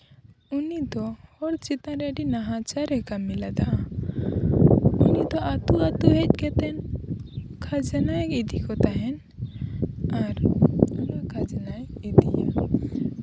ᱩᱱᱤ ᱫᱚ ᱦᱚᱲ ᱪᱮᱛᱟᱱ ᱨᱮ ᱟᱹᱰᱤ ᱱᱟᱦᱟᱪᱟᱨ ᱨᱮ ᱠᱟᱹᱢᱤ ᱞᱮᱫᱟ ᱩᱱᱤ ᱫᱚ ᱟᱛᱳ ᱟᱛᱳ ᱦᱮᱡ ᱠᱟᱛᱮ ᱠᱷᱟᱡᱽᱱᱟᱭ ᱤᱫᱤ ᱠᱚ ᱛᱟᱦᱮᱱ ᱟᱨ ᱚᱱᱟ ᱠᱷᱟᱡᱽᱱᱟᱭ ᱤᱫᱤᱭᱟ